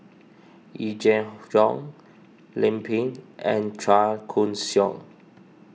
Yee Jenn Jong Lim Pin and Chua Koon Siong